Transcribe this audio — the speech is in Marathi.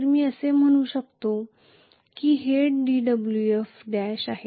तर मी असे म्हणू शकतो की हे dWf' आहे